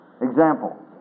Example